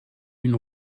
une